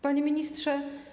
Panie Ministrze!